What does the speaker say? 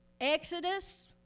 Exodus